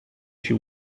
she